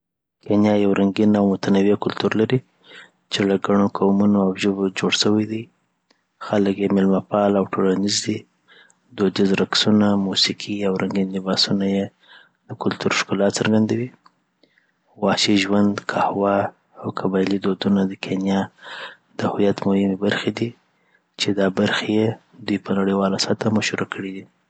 کینیا یو رنګین او متنوع کلتور لري، چې له ګڼو قومونو او ژبو جوړ سوی دی. خلک یې میلمه‌پال او ټولنیز دي. دودیز رقصونه، موسیقي، او رنګین لباسونه یی د کلتور ښکلا څرګندوي.. وحشي ژوند، قهوه، او قبایلي دودونه د کینیا د هویت مهمې برخې دي چی دی برخو یی دوی په نړیوال سطحه مشهوره کړی دی